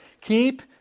keep